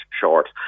short